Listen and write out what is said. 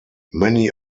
many